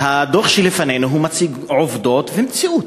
הדוח שלפנינו מציג עובדות ומציאות.